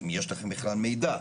אם יש לכם בכלל מידע,